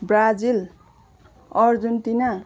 Brazil Argentina